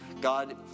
God